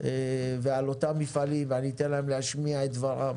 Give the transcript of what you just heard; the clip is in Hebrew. ועל אותם מפעלים ואני אתן להם להשפיע את דבריהם.